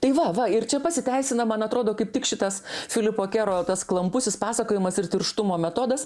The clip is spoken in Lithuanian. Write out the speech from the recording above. tai va va ir čia pasiteisina man atrodo kaip tik šitas filipo kero tas klampusis pasakojimas ir tirštumo metodas